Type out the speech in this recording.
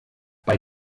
bei